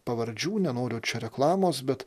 pavardžių nenoriu čia reklamos bet